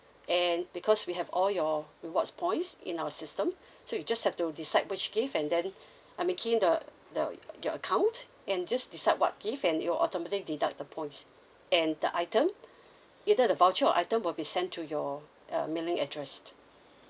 and because we have all your rewards points in our system so you just have to decide which gift and then I mean key in the the your account and just decide what gift and it will automatic deduct the points and the items either the voucher or item will be sent to your uh mailing address